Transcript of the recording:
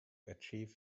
achieve